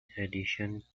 addition